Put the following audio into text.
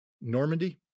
Normandy